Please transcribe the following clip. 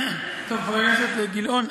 חבר הכנסת גילאון,